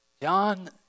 John